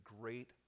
great